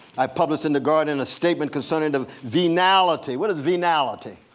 i published in the guardian a statement concerning the venality. what is venality?